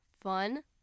fun